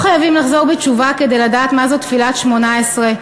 לא חייבים לחזור בתשובה כדי לדעת מה זאת תפילת שמונה-עשרה,